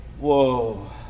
Whoa